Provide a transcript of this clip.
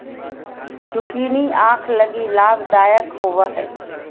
zucchini आंख लगी लाभदायक होबो हइ